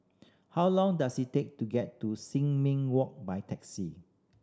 how long does it take to get to Sin Ming Walk by taxi